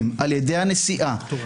עדיין לא מאוחר.